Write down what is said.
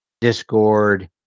discord